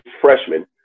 freshman